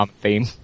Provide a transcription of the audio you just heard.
theme